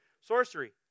sorcery